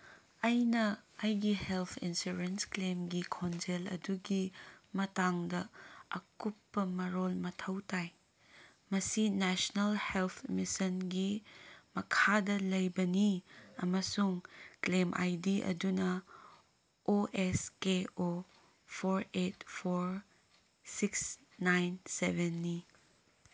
ꯑꯩꯅ ꯑꯩꯒꯤ health insurance ꯀ꯭ꯂꯦꯝꯒꯤ ꯈꯣꯟꯖꯦꯜ ꯑꯗꯨꯒꯤ ꯃꯇꯥꯡꯗ ꯑꯀꯨꯞꯄ ꯃꯔꯣꯜ ꯃꯊꯧ ꯇꯥꯏ ꯃꯁꯤ ꯅꯦꯁꯅꯦꯜ ꯍꯦꯜꯠ ꯃꯤꯁꯟꯒꯤ ꯃꯈꯥꯗ ꯂꯩꯕꯅꯤ ꯑꯃꯁꯨꯡ ꯀ꯭ꯂꯦꯝ ꯑꯥꯏ ꯗꯤ ꯑꯗꯨꯅ O S K O four eight four six nine ꯁꯕꯦꯟꯅꯤ